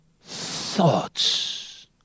thoughts